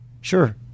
sure